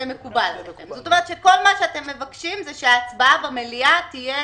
זאת אומרת שכל מה שאתם מבקשים זה שההצבעה במליאה תתבצע